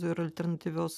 ir alternatyvios